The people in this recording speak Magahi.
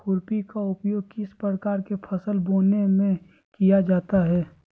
खुरपी का उपयोग किस प्रकार के फसल बोने में किया जाता है?